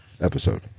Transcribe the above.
episode